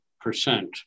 percent